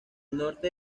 norte